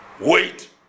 wait